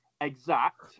exact